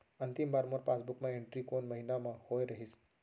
अंतिम बार मोर पासबुक मा एंट्री कोन महीना म होय रहिस?